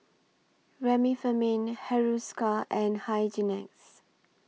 Remifemin Hiruscar and Hygin X